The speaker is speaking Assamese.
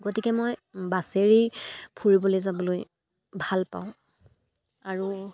গতিকে মই বাছেৰেই ফুৰিবলৈ যাবলৈ ভাল পাওঁ আৰু